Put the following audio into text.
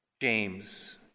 James